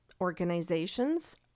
organizations